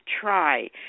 try